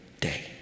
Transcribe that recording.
day